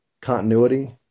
Continuity